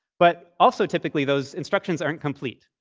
but also typically, those instructions aren't complete,